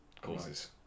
causes